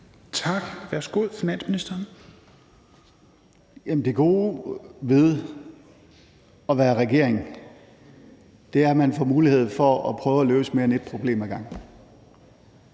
Wammen): Jamen det gode ved at være regering er, at man får mulighed for at prøve at løse mere end ét problem ad gangen.